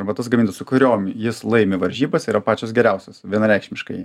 arba tas gamintojas su kuriom jis laimi varžybas yra pačios geriausios vienareikšmiškai